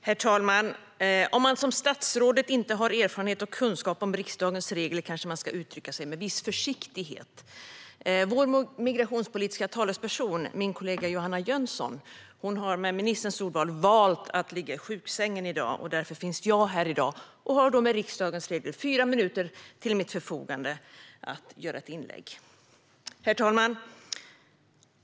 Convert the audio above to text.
Herr talman! Om man som statsrådet inte har erfarenhet av och kunskap om riksdagens regler kanske man ska uttrycka sig med viss försiktighet. Vår migrationspolitiska talesperson, min kollega Johanna Jönsson, har med ministerns ordval "valt" att ligga i sjuksängen i dag, och därför finns jag här och har enligt riksdagens regler fyra minuter till mitt förfogande att hålla ett anförande. Herr talman!